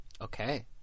Okay